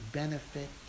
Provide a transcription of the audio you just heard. benefit